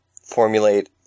formulate